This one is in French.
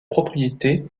propriété